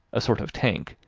a sort of tank,